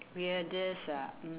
weirdest ah mm